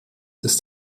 ist